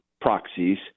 proxies